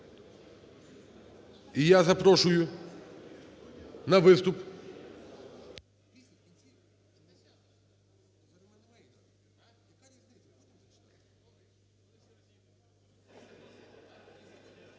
І я запрошую на виступ…